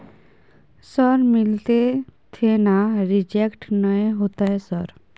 Sir मिलते थे ना रिजेक्ट नय होतय सर?